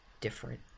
different